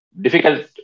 difficult